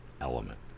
element